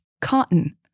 Cotton